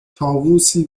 طاووسی